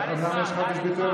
אומנם יש חופש ביטוי,